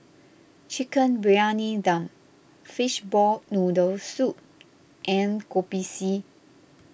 Chicken Briyani Dum Fishball Noodle Soup and Kopi C